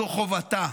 זו חובתה.